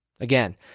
Again